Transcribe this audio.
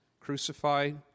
crucified